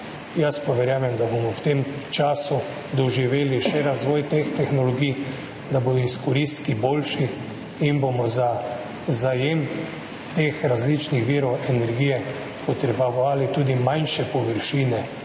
Jaz verjamem, da bomo v tem času doživeli še razvoj teh tehnologij, da bodo izkoristki boljši in bomo za zajem teh različnih virov energije potrebovali tudi manjše površine